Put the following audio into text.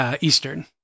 Eastern